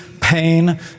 pain